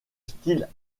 style